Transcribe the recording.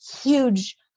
huge